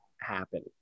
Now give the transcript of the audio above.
happen